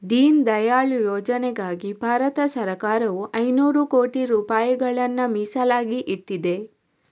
ದೀನ್ ದಯಾಳ್ ಯೋಜನೆಗಾಗಿ ಭಾರತ ಸರಕಾರವು ಐನೂರು ಕೋಟಿ ರೂಪಾಯಿಗಳನ್ನ ಮೀಸಲಾಗಿ ಇಟ್ಟಿದೆ